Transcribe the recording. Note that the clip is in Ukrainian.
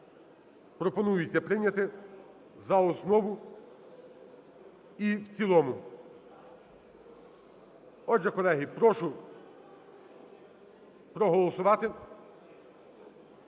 пропонується прийняти за основу і в цілому. Отже, колеги, прошу проголосувати